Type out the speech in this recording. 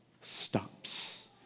stops